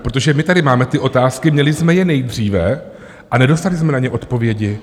Protože my tady máme ty otázky, měli jsme je nejdříve a nedostali jsme na ně odpovědi.